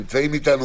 נמצאים אתנו